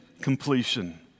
completion